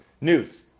news